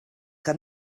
que